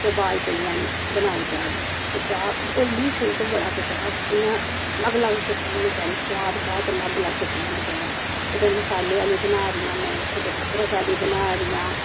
ते वाज पेई जानी बनाओ चाह् जी ते चाह् और मिगी शोक बी बड़ा के चाह् इ'यां लग्ग लग्ग किस्म होनी चाहिदी सोआद चाह् च लग्ग लग्ग किस्म होना चाहिदा कुतै मसाले आह्ली बना दियां में कुतै अदरक आह्ली बना दी आं